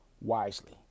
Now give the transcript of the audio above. wisely